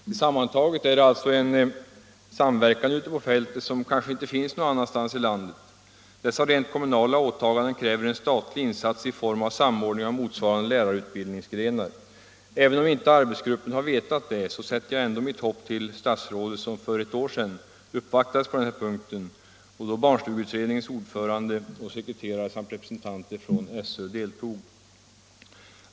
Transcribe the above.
Tillsammantaget är detta en samverkan ute på fältet, som kanske inte finns någon annanstans i landet. Dessa rent kommunala åtaganden kräver en statlig insats i form av samordning av motsvarande lärarutbildningsgrenar. Även om inte arbetsgruppen har vetat detta, så sätter jag ändå mitt hopp till fru statsrådet, som för ett år sedan uppvaktades på den här punkten av barnstugeutredningens ordförande och sekreterare samt av representanter för SÖ.